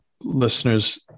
listeners